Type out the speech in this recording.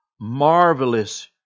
marvelous